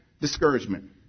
discouragement